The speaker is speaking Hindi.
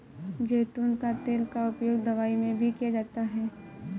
ज़ैतून का तेल का उपयोग दवाई में भी किया जाता है